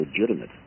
legitimate